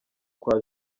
kwa